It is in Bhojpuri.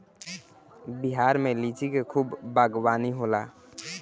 बिहार में लिची के खूब बागवानी होला